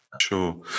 Sure